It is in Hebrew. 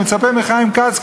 אני מצפה מחיים כץ,